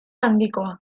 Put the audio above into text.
handikoa